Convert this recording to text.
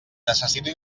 necessito